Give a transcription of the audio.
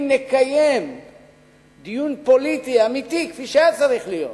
אם נקיים דיון פוליטי אמיתי, כפי שהיה צריך להיות,